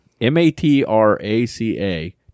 M-A-T-R-A-C-A